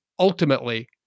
ultimately